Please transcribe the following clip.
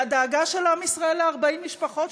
והדאגה של עם ישראל ל-40 משפחות,